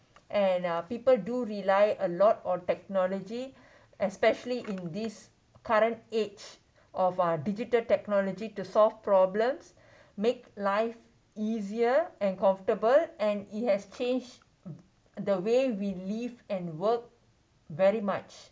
and uh people do rely a lot on technology especially in this current age of our digital technology to solve problems make life easier and comfortable and it has changed the way we live and work very much